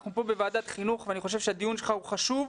אנחנו פה בוועדת חינוך ואני חושב שהדיון שלך הוא חשוב.